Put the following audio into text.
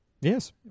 Yes